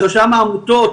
ברשם העמותות,